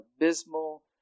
abysmal